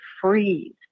freeze